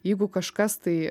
jeigu kažkas tai